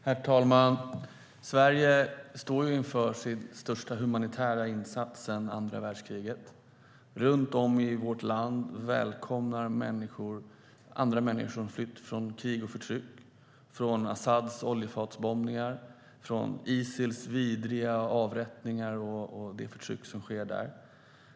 Herr talman! Sverige står inför sin största humanitära insats sedan andra världskriget. Runt om i vårt land välkomnar vi människor som har flytt från krig och förtryck. De har flytt från Asads oljefatsbombningar, från Isils vidriga avrättningar och från det förtryck som sker där.